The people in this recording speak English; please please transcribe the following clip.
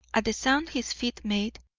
at the sound his feet made,